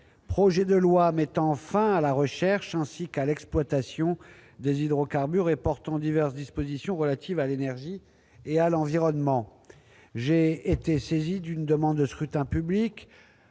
projet de loi mettant fin à la recherche ainsi qu'à l'exploitation des hydrocarbures et portant diverses dispositions relatives à l'énergie et à l'environnement. J'ai été saisi de deux demandes de scrutin public